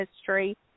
history